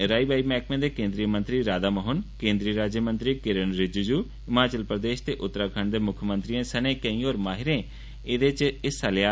राहई बाहई मैहकमे दे केन्द्रीय मंत्री राधा मोहन केन्द्रीय राज्यमंत्री किरण रिज्जू हिमाचल प्रदेश ते उत्तराखंड दे मुक्खमंत्रियें सनें केई होर माहिरें एहदे च हिस्सा लेआ